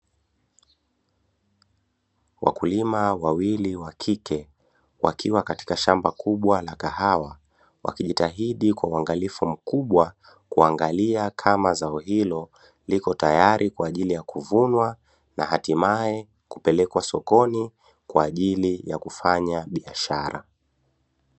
wakulima wawili wa kike wakiwa katika shamba kubwa la kahawa wakijitahidi kwa uangalifu mkubwa kuangalia kama zao hilo lipo tayari kwaajili ya kuvunwa na hatimae kupelekwa sokoni kwaajili ya kufanya biashara.